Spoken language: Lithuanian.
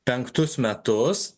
penktus metus